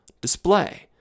display